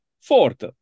Fourth